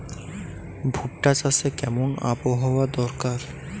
ভুট্টা চাষে কেমন আবহাওয়া দরকার?